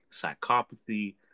psychopathy